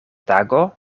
tago